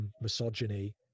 misogyny